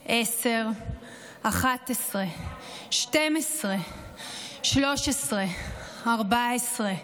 10, 11, 12, 13, 14,